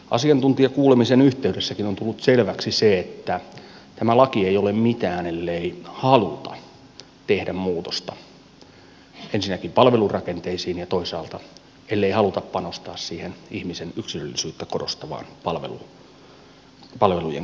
asiantuntijakuulemisenkin yhteydessä on tullut selväksi se että tämä laki ei ole mitään ellei haluta tehdä muutosta ensinnäkin palvelurakenteisiin ja toisaalta ellei haluta panostaa siihen ihmisen yksilöllisyyttä korostavaan palvelujen kysyntään